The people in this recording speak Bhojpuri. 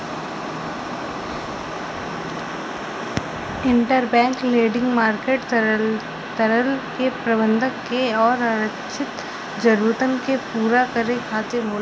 इंटरबैंक लेंडिंग मार्केट तरलता क प्रबंधन करे आउर आरक्षित जरूरतन के पूरा करे खातिर होला